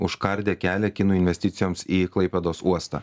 užkardė kelią kinų investicijoms į klaipėdos uostą